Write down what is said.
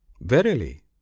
verily